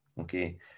Okay